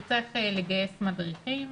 היא צריכה לגייס מדריכים,